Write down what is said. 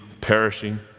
perishing